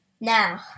Now